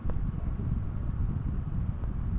ব্যবসার ক্ষেত্রে কি সবায় লোন তুলির পায়?